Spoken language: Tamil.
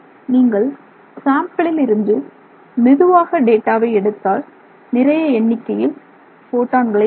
நீங்கள் சாம்பிளில் இருந்து மெதுவாக டேட்டாவை எடுத்தால் நிறைய எண்ணிக்கையில் போட்டான்களை பெறலாம்